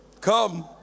Come